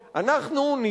כבר אין שאיפות שלום,